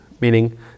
meaning